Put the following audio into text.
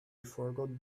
forgot